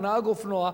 או נהג אופנוע,